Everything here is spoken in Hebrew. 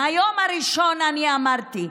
מהיום הראשון אני אמרתי,